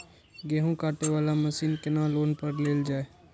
गेहूँ काटे वाला मशीन केना लोन पर लेल जाय?